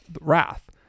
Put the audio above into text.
wrath